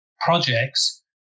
projects